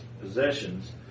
possessions